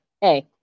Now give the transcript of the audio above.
hey